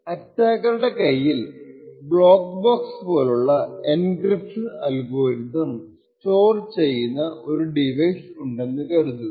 അറ്റാക്കറുടെ കൈയിൽ block box പോലുള്ള encryption algorithm store ചെയുന്ന ഒരു ഡിവൈസ് ഉണ്ടെന്നു കരുതുക